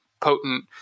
potent